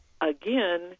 again